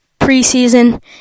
preseason